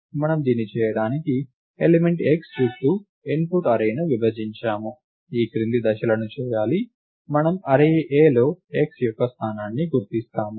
మనము దీన్ని చేయడానికి ఎలిమెంట్ x చుట్టూ ఇన్పుట్ అర్రేని విభజించాము ఈ క్రింది దశలను చేయాలి మనము అర్రే Aలో x యొక్క స్థానాన్ని గుర్తిస్తాము